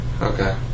Okay